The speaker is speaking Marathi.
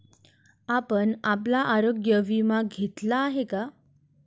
आपण आपला आरोग्य विमा घेतला आहे का?